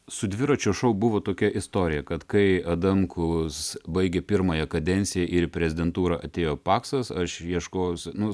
su dviračio šou buvo tokia istorija kad kai adamkus baigė pirmąją kadenciją ir į prezidentūrą atėjo paksas aš ieškojausi nu